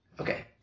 Okay